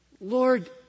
Lord